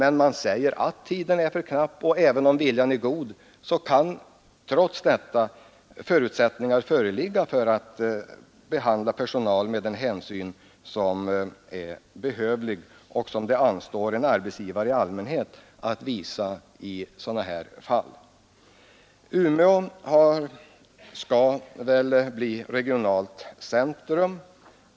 På grund av att tiden är för knapp föreligger knappast förutsättningar för att behandla personalen med den hänsyn som är behövlig och som det anstår en arbetsgivare i allmänhet att visa i sådana här fall. Umeå kommer väl att bli ett primärt centrum.